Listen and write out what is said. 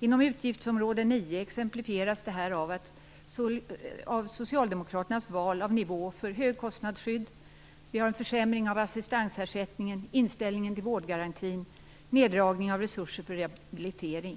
Inom utgiftsområde 9 exemplifieras det här med Socialdemokraternas val av nivå för högkostnadsskydd. Vidare har vi försämringen av assistansersättningen, inställningen till vårdgarantin samt neddragningarna av resurser för rehabilitering.